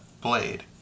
blade